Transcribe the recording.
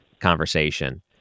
conversation